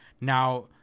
Now